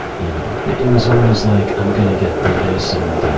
you know. it was always like i'm gonna get through this, and,